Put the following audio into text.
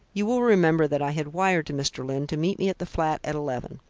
you will remember that i had wired to mr. lyne to meet me at the flat at eleven.